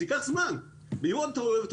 זה ייקח זמן ויהיו טעויות.